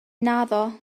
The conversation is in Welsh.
naddo